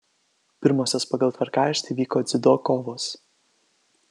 pirmosios pagal tvarkaraštį vyko dziudo kovos